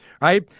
Right